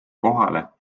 kohale